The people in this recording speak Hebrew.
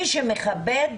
מי שמכבד